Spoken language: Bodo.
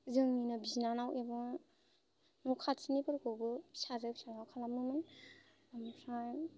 जोंनिनो बिनानाव एबा न' खाथिनिफोरखौबो फिसाजो फिसाला खालामोमोन ओमफ्राय